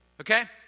okay